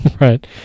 Right